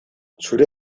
zure